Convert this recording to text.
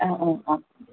ആ ആ ആ